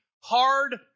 hard